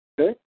Okay